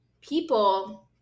people